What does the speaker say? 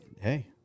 Hey